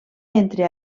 entre